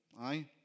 aye